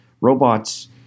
Robots